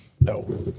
No